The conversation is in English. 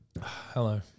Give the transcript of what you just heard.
Hello